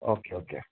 okay okay